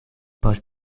post